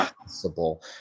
possible